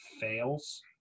fails